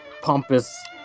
Pompous